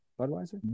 budweiser